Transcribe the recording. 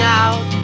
out